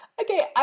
Okay